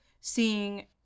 seeing